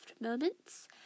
moments